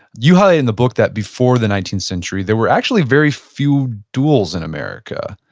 you highlight in the book that before the nineteenth century, there were actually very few duels in america,